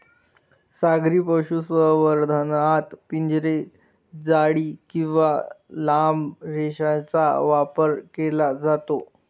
सागरी पशुसंवर्धनात पिंजरे, जाळी किंवा लांब रेषेचा वापर केला जातो